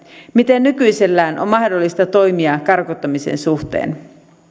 miten nykyisellään on mahdollista toimia karkottamisen suhteen